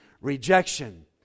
rejection